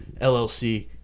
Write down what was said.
LLC